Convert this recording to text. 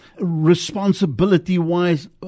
responsibility-wise